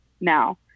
now